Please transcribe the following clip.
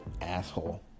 asshole